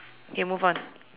okay move on